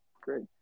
great